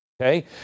okay